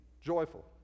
joyful